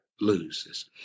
loses